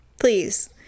Please